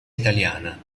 italiana